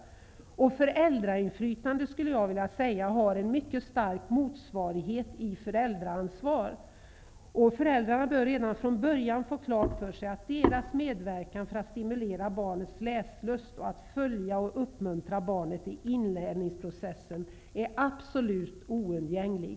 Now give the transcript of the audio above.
Jag tycker att föräldrainflytande har en mycket stark motsvarighet i föräldraansvar. Föräldrarna bör redan från början få klart för sig att deras medverkan för att stimulera barnets läslust och för att följa och uppmuntra barnet i inlärningsprocessen är absolut oundgänglig.